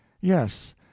Yes